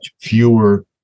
fewer